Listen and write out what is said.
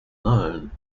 known